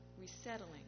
resettling